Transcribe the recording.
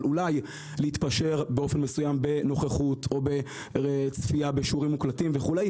אבל אולי להתפשר באופן מסוים בנוכחות או בצפייה בשיעורים מוקלטים וכו'.